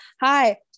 hi